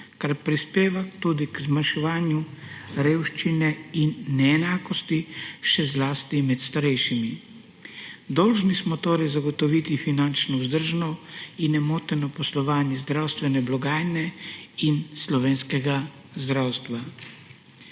kar prispeva tudi k zmanjševanju revščine in neenakosti, še zlasti med starejšimi. Dolžni smo torej zagotoviti finančno vzdržno in nemoteno poslovanje zdravstvene blagajne in slovenskega zdravstva.